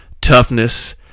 toughness